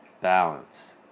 Balance